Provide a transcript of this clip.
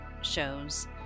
shows